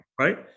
right